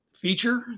feature